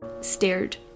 stared